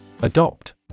Adopt